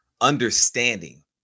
understanding